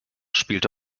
spielte